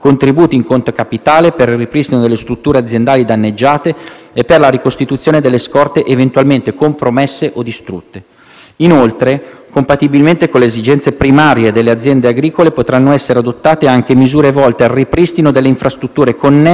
e per la ricostituzione delle scorte eventualmente compromesse o distrutte. Inoltre, compatibilmente con le esigenze primarie delle aziende agricole, potranno essere adottate anche misure volte al ripristino delle infrastrutture connesse all'attività agricola tra cui quelle irrigue e di bonifica